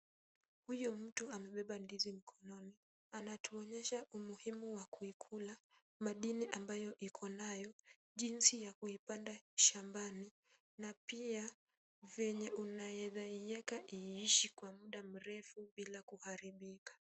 Huyu mtu amebeba ndizi mkononi. Anatuonyesha umuhimu wa kuikula madini ambayo iko nayo, jinsi ya kuipanda shambani na pia venye unaweza iweka iishi kwa muda mrefu bila kuharibika.